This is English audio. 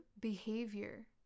behavior